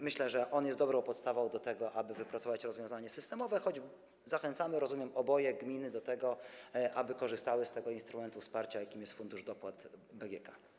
Myślę, że on jest dobrą podstawą do tego, aby wypracować rozwiązanie systemowe, choć oboje, jak rozumiem, zachęcamy gminy do tego, aby korzystały z tego instrumentu wsparcia, jakim jest Fundusz Dopłat BGK.